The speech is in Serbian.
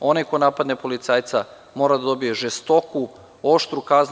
Onaj ko napadne policajca mora da dobije žestoku, oštru kaznu.